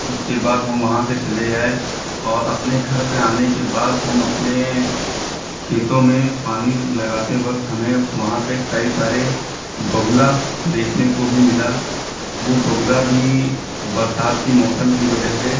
उसके बाद हम वहाँ से चले आए और अपने घर पर आने के बाद हम अपने खेतों में पानी लगाते वक्त हमें वहाँ पर कई सारे बगुला देखने को भी मिला वह बगुला भी बरसात के मौसम की वजह से